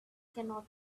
cannot